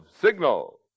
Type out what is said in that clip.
Signal